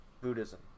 Buddhism